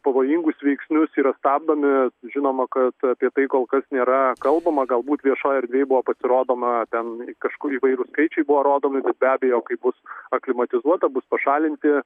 pavojingus veiksnius yra stabdomi žinoma kad apie tai kol kas nėra kalbama galbūt viešoje erdvėje buvo pasirodoma ten kažkur įvairūs skaičiai buvo rodomi bet be abejo kai bus aklimatizuota bus pašalinti